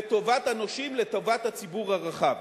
לטובת הנושים, לטובת הציבור הרחב.